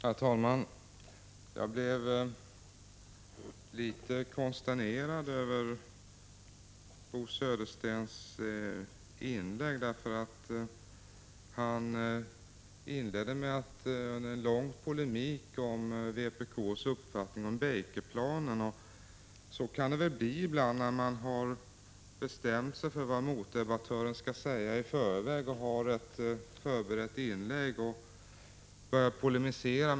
Herr talman! Jag blev litet konsternerad av Bo Söderstens anförande. Han inledde med en lång polemik mot vpk:s uppfattning om Baker-planen. Så kan det kanske bli ibland, när man i förväg har bestämt sig för vad motdebattören skall säga och har ett förberett inlägg.